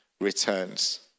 returns